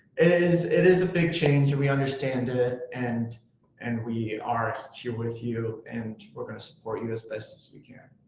it is a big change and we understand it, and and we are here with you, and we're going to support you as best we can.